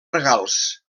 regals